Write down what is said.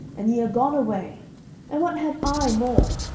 and ye are gone away and what have i more?